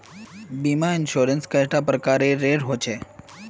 बीमा इंश्योरेंस कैडा प्रकारेर रेर होचे